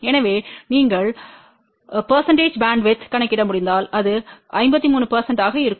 எனவே நீங்கள் பெர்சண்டேஜ் பேண்ட்வித்யை கணக்கிட முடிந்தால் அது 53 ஆக இருக்கும்